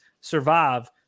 survive